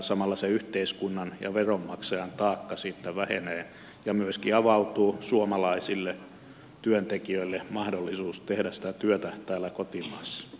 samalla se yhteiskunnan ja veronmaksajan taakka siitä vähenee ja suomalaisille työntekijöille myöskin avautuu mahdollisuus tehdä sitä työtä täällä kotimaassa